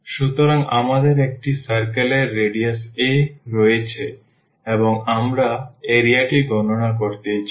সুতরাং আমাদের একটি circle এর radius a রয়েছে এবং আমরা area টি গণনা করতে চাই